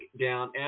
down